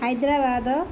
Hyderabad